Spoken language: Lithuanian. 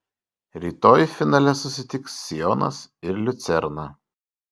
rytoj finale susitiks sionas ir liucerna